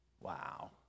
Wow